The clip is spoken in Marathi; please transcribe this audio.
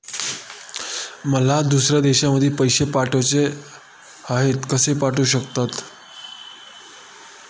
मला दुसऱ्या देशामध्ये पैसे पाठवायचे आहेत कसे पाठवू शकते?